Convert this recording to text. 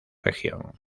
región